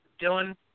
Dylan